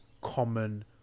common